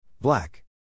Black